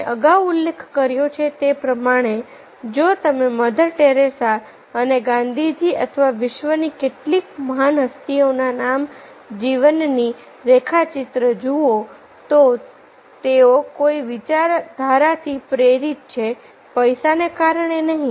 મેં અગાઉ ઉલ્લેખ કર્યો છે તે પ્રમાણેજો તમે મધર ટેરેસા અને ગાંધીજી અથવા વિશ્વની કેટલીક મહાન હસ્તીઓના નામ જીવનની રેખાચિત્રો જુઓ તો તેઓ કોઈ વિચારધારાથી પ્રેરિત છે પૈસાના કારણે નહીં